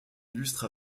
illustre